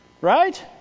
right